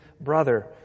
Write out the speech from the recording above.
brother